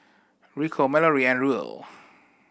Rico Malorie and Ruel